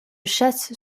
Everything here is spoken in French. chasse